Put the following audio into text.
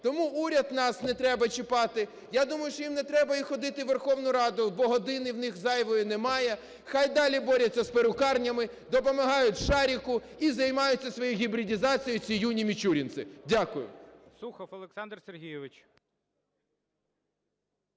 Тому уряд в нас не треба чіпати, я думаю, що їм не треба і ходити і у Верховну Раду, бо години в них зайвої немає. Хай далі борються з перукарнями, допомагають "Шаріку" і займаються своєю гібридизацією, ці юні мічурінці. Дякую.